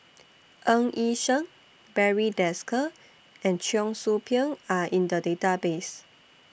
Ng Yi Sheng Barry Desker and Cheong Soo Pieng Are in The Database